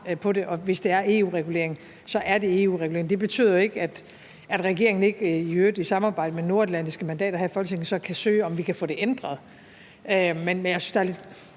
Det betyder ikke, at regeringen ikke i øvrigt vil samarbejde med de nordatlantiske mandater her i Folketinget og afsøge, om vi kan få det ændret.